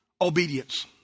Obedience